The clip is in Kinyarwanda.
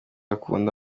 akunda